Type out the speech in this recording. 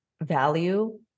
value